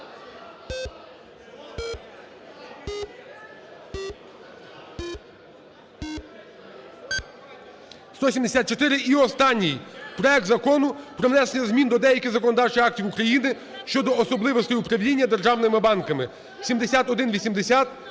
За-174 І останній: проект Закону про внесення змін до деяких законодавчих актів України щодо особливостей управління державними банками (7180